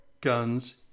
guns